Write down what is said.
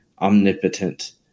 omnipotent